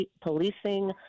policing